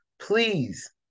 please